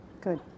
good